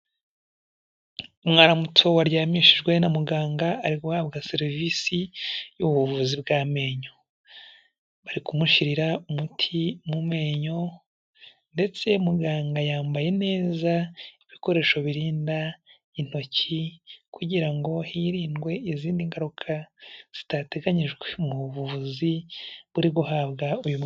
Umwana muto waryamishijwe na muganga ari guhabwa serivisi y'ubuvuzi bw'amenyo, bari kumushyirira umuti mu menyo ndetse muganga yambaye neza ibikoresho birinda intoki, kugira ngo hirindwe izindi ngaruka zitateganyijwe mu buvuzi buri guhabwa uyu mwana.